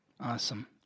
Awesome